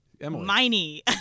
Miney